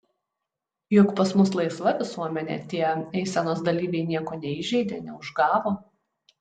juk pas mus laisva visuomenė tie eisenos dalyviai nieko neįžeidė neužgavo